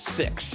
six